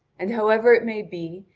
and however it may be,